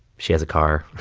she has a car